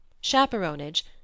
Chaperonage